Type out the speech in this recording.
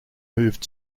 moved